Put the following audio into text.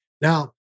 Now